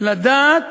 לדעת